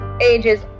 ages